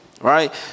Right